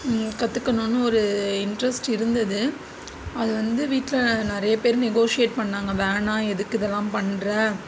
கற்றுக்கணும்னு ஒரு இன்டெர்ஸ்ட் இருந்தது அது வந்து வீட்டில் நிறைய பேர் நெகோஸியேட் பண்ணாங்க வேணாம் எதுக்கு இதெலாம் பண்ணுற